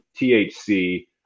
THC